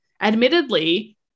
admittedly